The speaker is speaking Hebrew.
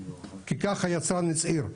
כי כך היצרן הצהיר.